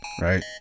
right